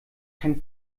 kein